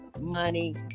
money